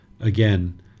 Again